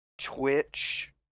Twitch